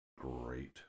Great